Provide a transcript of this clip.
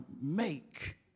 make